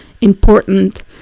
important